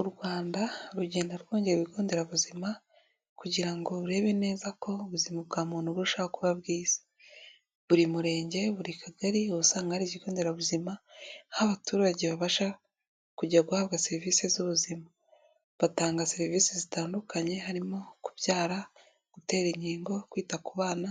U Rwanda rugenda rwongera ibigo nderabuzima kugira ngo rurebe neza ko ubuzima bwa muntu burushaho kuba bwiza, buri Murenge, buri Kagari uba usanga hari ikigo nderabuzima aho abaturage babasha kujya guhabwa serivisi z'ubuzima, batanga serivisi zitandukanye harimo kubyara, gutera inkingo, kwita ku bana,